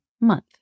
month